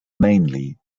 mainly